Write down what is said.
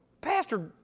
pastor